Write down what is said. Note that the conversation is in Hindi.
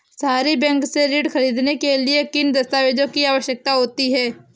सहरी बैंक से ऋण ख़रीदने के लिए किन दस्तावेजों की आवश्यकता होती है?